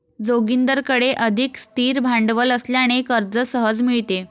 जोगिंदरकडे अधिक स्थिर भांडवल असल्याने कर्ज सहज मिळते